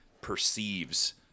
perceives